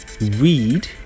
read